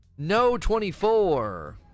No24